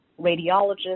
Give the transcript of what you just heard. radiologist